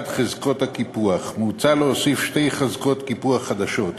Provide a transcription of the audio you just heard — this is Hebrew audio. חזקות הקיפוח, מוצע להוסיף שתי חזקות קיפוח חדשות,